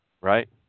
right